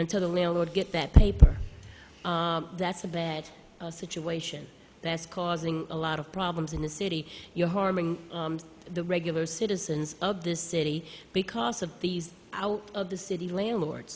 until the landlord get that paper that's a bad situation that's causing a lot of problems in the city you're harming the regular citizens of this city because of these out of the city landlord